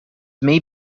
may